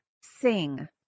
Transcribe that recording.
sing